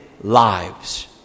lives